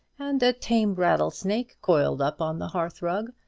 and a tame rattlesnake coiled upon the hearth-rug.